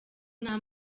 nta